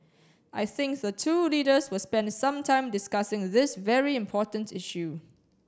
I think the two leaders will spend some time discussing this very important issue